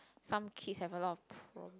some kids have a lot of prob~